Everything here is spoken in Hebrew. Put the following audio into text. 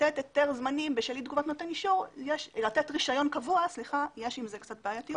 לתת רישיון קבוע בגלל אי תגובת נותן אישור יש עם זה קצת בעייתיות.